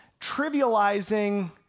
trivializing